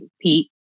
Pete